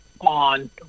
on